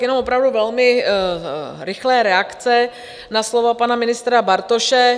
Jenom opravdu velmi rychlá reakce na slova pana ministra Bartoše.